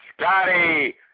Scotty